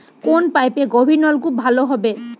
কোন পাইপে গভিরনলকুপ ভালো হবে?